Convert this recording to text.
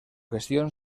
gestión